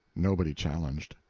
nobody challenged.